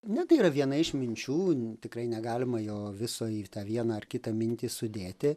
ne tai yra viena iš minčių tikrai negalima jo viso į tą vieną ar kitą mintį sudėti